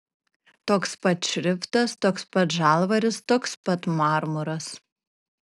toks pat šriftas toks pat žalvaris toks pat marmuras